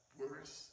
worse